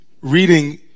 reading